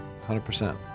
100%